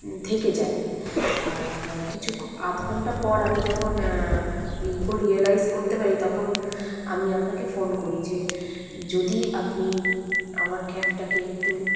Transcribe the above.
থেকে যায় আর কিছু আধ ঘন্টা পর আমি যখন ই করে রিয়েলাইজ করতে পারি তখন আমি আপনাকে ফোন করি যে যদি আপনি আমার ক্যাবটাকে একটু